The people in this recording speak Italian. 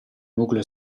nucleo